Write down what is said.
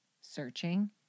searching